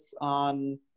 on